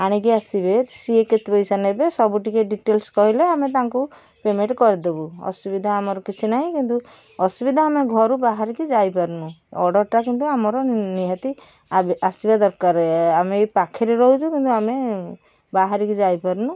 ଆଣିକି ଆସିବେ ସିଏ କେତେ ପଇସା ନେବେ ସବୁ ଟିକେ ଡିଟେଲ୍ସ କହିଲେ ଆମେ ପେମେଣ୍ଟ କରିଦେବୁ ଅସୁବିଧା ଆମର କିଛି ନାହିଁ ଅସୁବିଧା ଘରୁ ବାହରିକି ଯାଇପାରୁନୁ ଅର୍ଡର୍ଟା କିନ୍ତୁ ଆମର ନିହାତି ଆସିବା ଦରକାର ପାଖରେ ରହିଛୁ କିନ୍ତୁ ଆମେ ବାହରିକି ଯାଇପାରୁନୁ